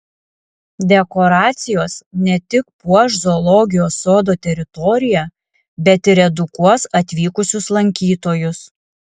dekoracijos ne tik puoš zoologijos sodo teritoriją bet ir edukuos atvykusius lankytojus